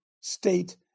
state